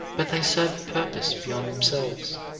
but they serve a purpose beyond themselves.